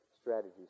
strategies